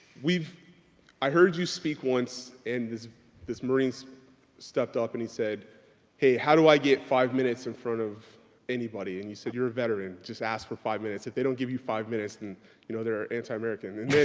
i heard you speak once and this this marines stepped up and he said hey, how do i get five minutes in front of anybody and you said you're a veteran. just ask for five minutes. if they don't give you five minutes then you know they're anti-american and then.